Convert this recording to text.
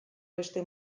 beste